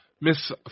Miss